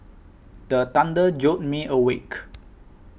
the thunder jolt me awake